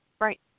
Right